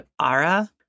Ara